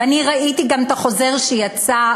ואני ראיתי גם את החוזר שיצא,